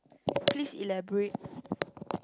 please elaborate